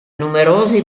numerosi